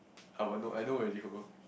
I would know I know already who